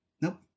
nope